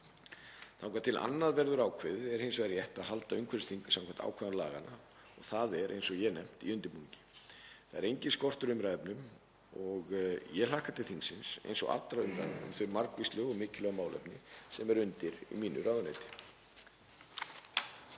Þangað til annað verður ákveðið er hins vegar rétt að halda umhverfisþing samkvæmt ákvæðum laganna og það er, eins og ég nefnt, í undirbúningi. Það er enginn skortur á umræðuefnum og ég hlakka til þingsins, eins og allra umræðna um þau margvíslegu og mikilvægu málefni sem eru undir í mínu ráðuneyti.